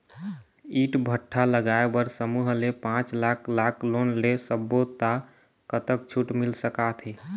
ईंट भट्ठा लगाए बर समूह ले पांच लाख लाख़ लोन ले सब्बो ता कतक छूट मिल सका थे?